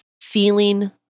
feeling